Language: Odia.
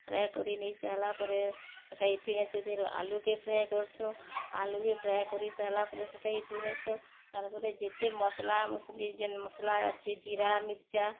ଫ୍ରାଏ କରି ନେଇ ସାଏଲା ପରେ ସେଟାକେ ଥୁଇ ନେସୁ ସେଥିରୁ ଆଲୁକେ ଫ୍ରାଏ କରସୁଁ ଆଲୁକେ ଫ୍ରାଏ କରି ସାଏଲା ପରେ ସେଟାକେ ଥୁଇନେସୁ ତାର୍ ପରେ ଯେତେ ମସ୍ଲା ମୁସ୍ଲି ଯେନ୍ ମସ୍ଲା ଅଛେ ଜୀରା ମିର୍ଚ୍ଚା